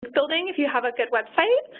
building if you have a good website,